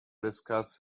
discuss